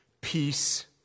peace